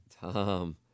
Tom